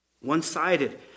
One-sided